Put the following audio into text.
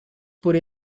por